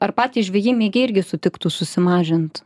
ar patys žvejai mėgėjai irgi sutiktų susimažint